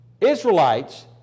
Israelites